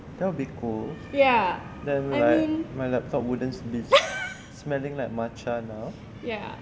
that would be cool then like my laptop wouldn't be smelling like matcha now